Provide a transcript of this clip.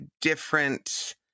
different